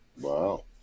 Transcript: Wow